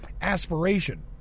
aspiration